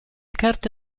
carte